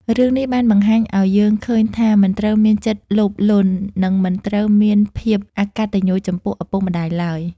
រឿងនេះបានបង្ហាញអោយយើងឃើញថាមិនត្រូវមានចិត្តលោភលន់ និងមិនត្រូវមានភាពអកត្តញ្ញូចំពោះឪពុកម្ដាយឡើយ។